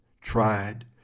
tried